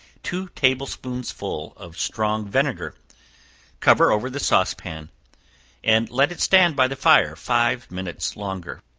two table-spoonsful of strong vinegar cover over the sauce-pan, and let it stand by the fire five minutes longer.